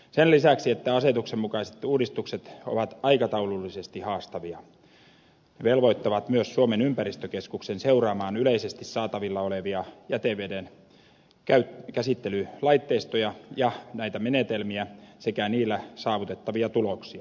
sen lisäksi että asetuksen mukaiset uudistukset ovat aikataulullisesti haastavia ne velvoittavat myös suomen ympäristökeskuksen seuraamaan yleisesti saatavilla olevia jäteveden käsittelylaitteistoja ja näitä menetelmiä sekä niillä saavutettavia tuloksia